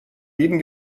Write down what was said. jeden